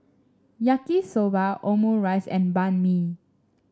Yaki Soba Omurice and Banh Mi